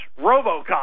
Robocop